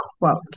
quote